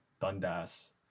Dundas